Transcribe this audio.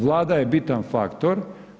Vlada je bitan faktor.